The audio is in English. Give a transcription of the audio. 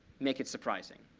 make it surprising.